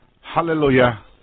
hallelujah